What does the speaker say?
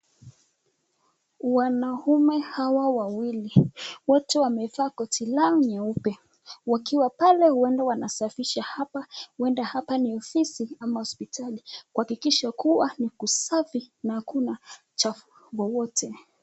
Wanaume hawa wawili wote wamevaa koti lao nyeupe wakiwa pale, huenda wanasafisha haoa. Huenda hapa ni ofisi ama hosoitali, kuhakikisha kuwa ni kusafi na hakuna uchafu wowote.